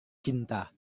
cinta